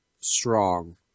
strong